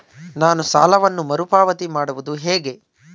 ನಾನು ಸಾಲವನ್ನು ಮರುಪಾವತಿ ಮಾಡುವುದು ಹೇಗೆ?